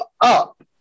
up